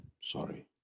sorry